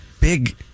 big